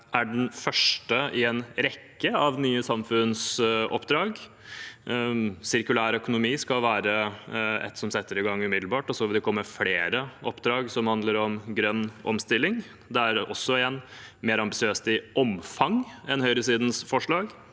er det første i en rekke av nye samfunnsoppdrag. Sirkulær økonomi skal være et som settes i gang umiddelbart, og så vil det komme flere oppdrag som handler om grønn omstilling. Det er også mer ambisiøst i omfang enn høyresidens forslag.